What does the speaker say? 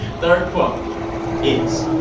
third quote is,